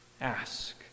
Ask